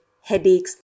headaches